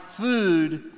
food